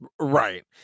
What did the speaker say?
Right